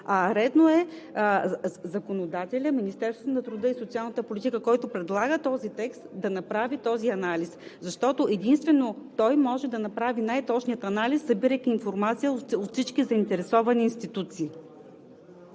Редно е законодателят – Министерството на труда и социалната политика, който предлага този текст, да направи този анализ, защото единствено той може да направи най-точния анализ, събирайки информация от всички заинтересовани институции.